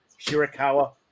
Shirakawa